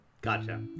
Gotcha